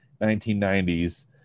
1990s